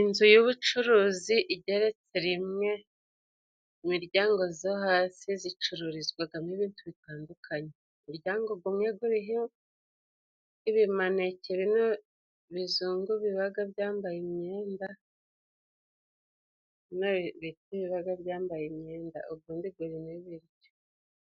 Inzu y'ubucuruzi igeretse rimwe mu miryango zo hasi zicururizwagamo ibintu bitandukanye .Umuryango gumwe guriho ibimaneke bino bizungu bibaga byambaye imyenda bino mbesi bibaga byambaye imyenda ugundi gurimo